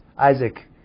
Isaac